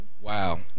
wow